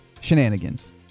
Shenanigans